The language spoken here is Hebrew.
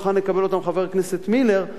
מוכן לקבל אותם חבר הכנסת מילר,